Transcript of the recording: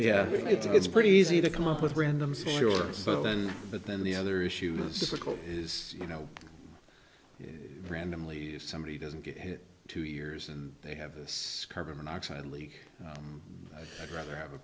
to it's pretty easy to come up with random see yourself then but then the other issues difficult is you know randomly if somebody doesn't get hit two years and they have this carbon monoxide leak i'd rather have a